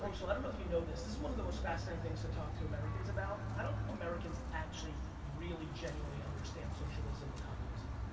um so i don't know if you know this. this is one of the most fascinating things to talk to americans about. i don't think americans actually really genuinely understand socialism or communism.